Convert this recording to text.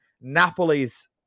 Napoli's